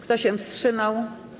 Kto się wstrzymał?